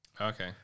Okay